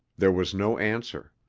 there was no answer.